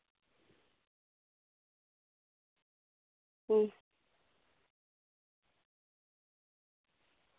ᱦᱩᱸ